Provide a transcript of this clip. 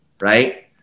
right